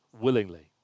willingly